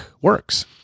works